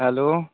hello